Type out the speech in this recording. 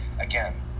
again